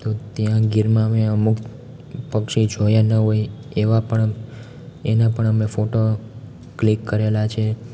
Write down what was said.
તો ત્યાં ગીરમાં અમે અમુક પક્ષી જોયા ન હોય એવા પણ એના પણ અમે ફોટો કલિક કરેલા છે